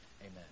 Amen